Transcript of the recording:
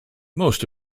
most